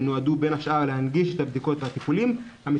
הם נועדו בין השאר להנגיש את הבדיקות והטיפולים.